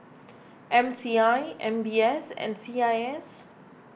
M C I M B S and C I S